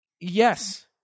Yes